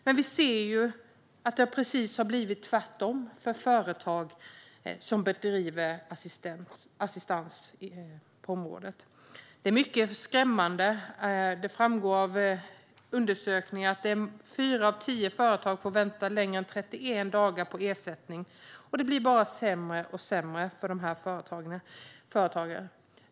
Men vi ser ju att det har blivit precis tvärtom för företag som bedriver assistans på området. Det är mycket skrämmande att fyra av tio företag, vilket framgår av undersökningar, får vänta längre än 31 dagar på ersättning, och det blir bara sämre och sämre för de här företagen.